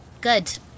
good